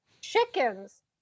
chickens